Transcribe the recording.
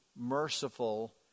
merciful